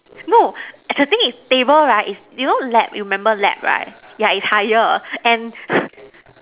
no the thing is table right is you know lab you remember lab right yeah is higher and